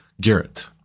Garrett